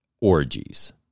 orgies